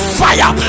fire